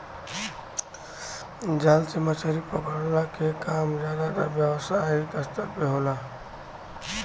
जाल से मछरी पकड़ला के काम जादातर व्यावसायिक स्तर पे होला